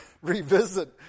revisit